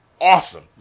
awesome